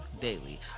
daily